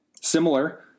Similar